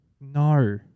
No